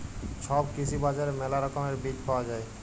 ছব কৃষি বাজারে মেলা রকমের বীজ পায়া যাই